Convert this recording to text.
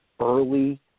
early